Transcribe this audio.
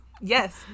Yes